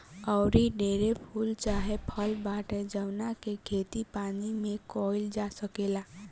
आऊरी ढेरे फूल चाहे फल बाटे जावना के खेती पानी में काईल जा सकेला